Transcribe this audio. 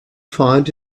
find